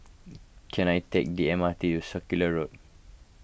can I take the M R T to Circular Road